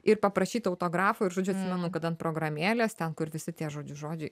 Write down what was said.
ir paprašyt autografo ir žodžiu manau kad ant programėlės ten kur visi tie žodžiu žodžiai